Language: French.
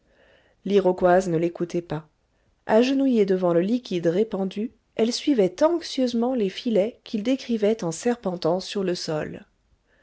l'iroquoise ne l'écoutait pas agenouillée devant le liquide répandu elle suivait anxieusement les filets qu'il décrivait en serpentant sur le sol